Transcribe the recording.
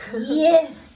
yes